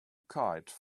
kite